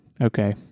Okay